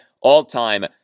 all-time